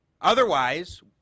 Otherwise